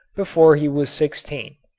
before he was sixteen.